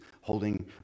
holding